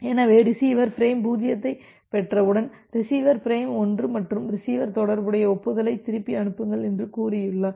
எனவே receiver frame 0ஐப் பெற்றவுடன் ரிசீவர் பிரேம் 1 மற்றும் ரிசீவர் தொடர்புடைய ஒப்புதலை திருப்பி அனுப்புங்கள் என்று கூறியுள்ளார்